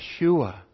Yeshua